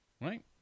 right